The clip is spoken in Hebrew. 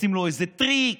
עושים לו איזה טריק.